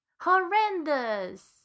horrendous